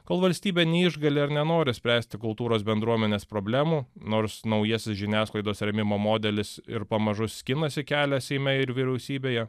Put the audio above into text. kol valstybė neišgali ar nenori spręsti kultūros bendruomenės problemų nors naujasis žiniasklaidos rėmimo modelis ir pamažu skinasi kelią seime ir vyriausybėje